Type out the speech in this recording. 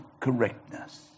correctness